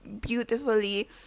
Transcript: beautifully